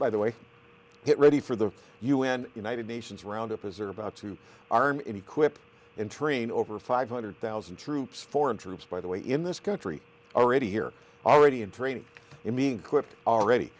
by the way get ready for the un united nations round up as are about to arm in equip and train over five hundred thousand troops foreign troops by the way in this country already here already in training in being clipped already